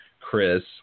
Chris